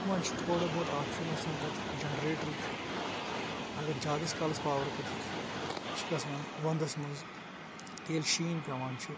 وۄنۍ چھِ تھوڑا بہت آپشَن آسان پَتہٕ جَنریٹرٕچ اَگَر زیادَس کالَس پاوَر کَٹ چھِ گَژھان وَنٛدَس مَنٛذ ییٚلہِ شیٖن پیٚوان چھِ